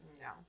No